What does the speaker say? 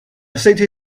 city